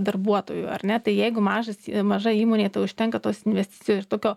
darbuotojų ar ne tai jeigu mažas maža įmonė tai užtenka tos investicijos ir tokio